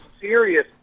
serious